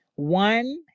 One